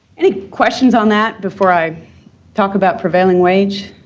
any questions on that before i talk about prevailing wage?